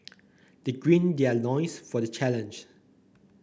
they their loins for the challenge